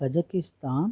Kazakhstan